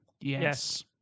Yes